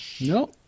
No